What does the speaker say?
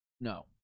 No